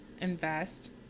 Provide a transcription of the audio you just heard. invest